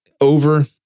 over